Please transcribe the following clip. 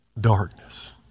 darkness